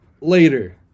later